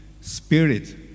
Spirit